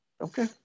Okay